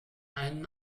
einen